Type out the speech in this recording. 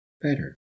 better